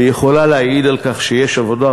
והיא יכולה להעיד על כך שיש עבודה,